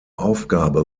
aufgabe